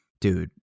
dude